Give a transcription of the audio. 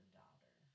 daughter